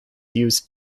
use